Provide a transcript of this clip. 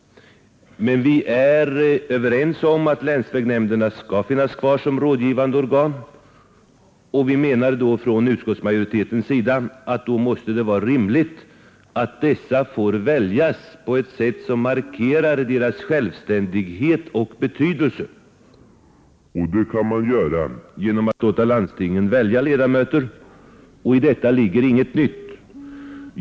Men vi är överens om att länsvägnämnderna skall finnas kvar som rådgivande organ. Utskottsmajoriteten anser att det då måste vara rimligt att dessa får väljas på ett sätt som markerar deras självständighet och betydelse. Det sker om man låter landstinget välja ledamöterna. I detta ligger inget nytt.